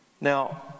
Now